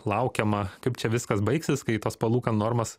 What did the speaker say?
laukiama kaip čia viskas baigsis kai tos palūkanų normos